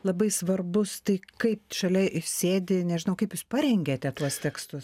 labai svarbus tai kaip šalia sėdi nežinau kaip jūs parengiate tuos tekstus